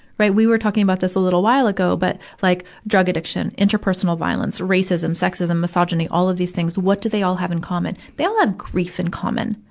right, we were talking about this a little while ago, but like drug addiction, interpersonal violence, racism, sexism, misogyny, all of these things. what do they all have in common? they all have grief in common.